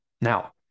Now